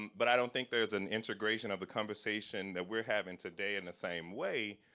but i don't think there's an integration of the conversation that we're having today in the same way.